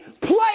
play